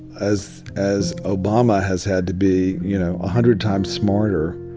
as as obama has had to be, you know, a hundred times smarter